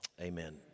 Amen